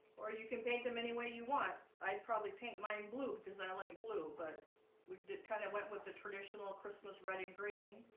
or you can paint them any way you want i'd probably paint mine blue because i like blue but we did kind of went with the traditional christmas red and green